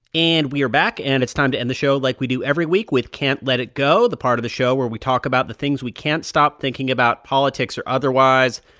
and we are back, and it's time to end the show like we do every week, with can't let it go, the part of the show where we talk about the things we can't stop thinking about politics or otherwise.